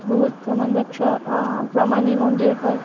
বহুত প্ৰমাণ পত্ৰ প্ৰমাণিক মন্দিৰ হয়